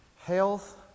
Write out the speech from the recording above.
health